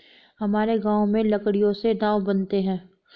हमारे गांव में लकड़ियों से नाव बनते हैं